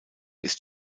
ist